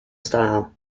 style